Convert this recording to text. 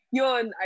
yun